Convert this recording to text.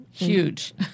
Huge